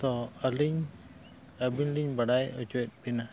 ᱛᱚ ᱟᱹᱞᱤᱧ ᱟᱹᱵᱤᱱ ᱞᱤᱧ ᱵᱟᱰᱟᱭ ᱦᱚᱪᱚᱭᱮᱫ ᱵᱮᱱᱟ